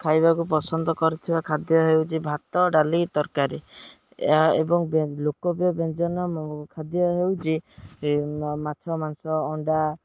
ଖାଇବାକୁ ପସନ୍ଦ କରୁଥିବା ଖାଦ୍ୟ ହେଉଛି ଭାତ ଡାଲି ତରକାରୀ ଏହା ଏବଂ ଲୋକପ୍ରିୟ ବ୍ୟଞ୍ଜନ ଖାଦ୍ୟ ହେଉଛି ମାଛ ମାଂସ ଅଣ୍ଡା